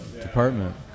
department